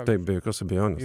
taip be jokios abejonės